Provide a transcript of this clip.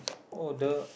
oh the